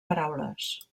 paraules